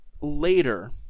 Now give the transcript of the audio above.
later